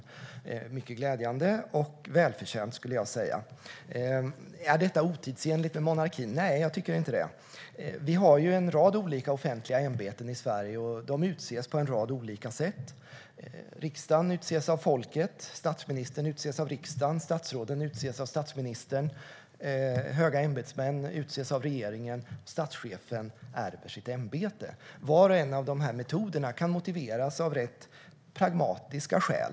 Det är mycket glädjande och välförtjänt, skulle jag säga. Är det otidsenligt med monarki? Nej, jag tycker inte det. Vi har ju en rad olika offentliga ämbeten i Sverige, och de utses på en rad olika sätt. Riksdagen utses av folket, och statsministern utses av riksdagen. Statsråden utses av statsministern, och höga ämbetsmän utses av regeringen. Statschefen ärver sitt ämbete. Var och en av dessa metoder kan motiveras av rätt pragmatiska skäl.